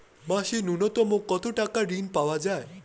মাসে নূন্যতম কত টাকা ঋণ পাওয়া য়ায়?